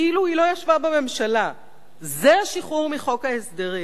זה השחרור מחוק ההסדרים.